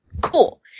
Cool